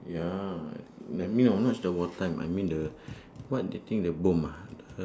ya I mean I'm not the war time I mean the what the thing the bomb ah th~